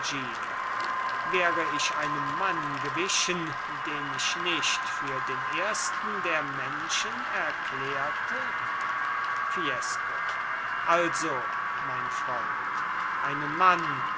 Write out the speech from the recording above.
bourgognino wär ich einem mann gewichen den ich nicht für den ersten der menschen erklärte fiesco also mein freund einen mann